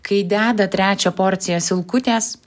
kai deda trečią porciją silkutės